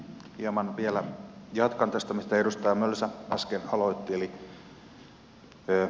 hieman vielä jatkan tästä mistä edustaja mölsä äsken aloitti